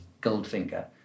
Goldfinger